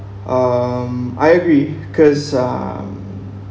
um I agree 'cause um